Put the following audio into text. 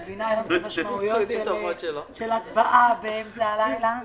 את מבינה היום את המשמעויות של הצבעה באמצע הלילה.